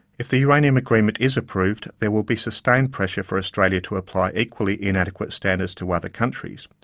if the uranium agreement is approved, there will be sustained pressure for australia to apply equally inadequate standards to other countries.